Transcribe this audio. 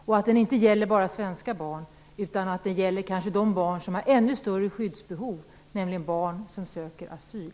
Den skall inte bara gälla svenska barn utan också de barn som har större skyddsbehov, nämligen barn som söker asyl.